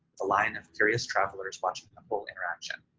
the line of curious travelers watching the full interaction.